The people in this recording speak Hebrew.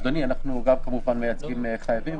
אדוני, אנחנו כמובן גם מייצגים חייבים.